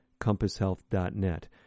compasshealth.net